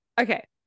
Okay